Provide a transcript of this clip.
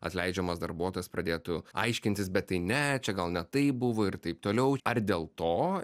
atleidžiamas darbuotojas pradėtų aiškintis bet tai ne čia gal ne taip buvo ir taip toliau ar dėl to